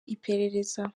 iperereza